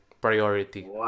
Priority